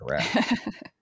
correct